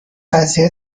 قضیه